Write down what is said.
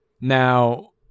Now